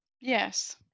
yes